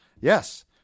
Yes